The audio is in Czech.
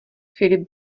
filip